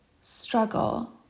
struggle